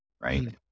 right